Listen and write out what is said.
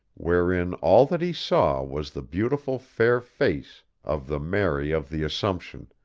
wherein all that he saw was the beautiful fair face of the mary of the assumption,